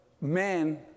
men